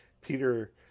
Peter